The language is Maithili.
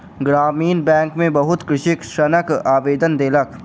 ग्रामीण बैंक में बहुत कृषक ऋणक आवेदन देलक